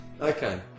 Okay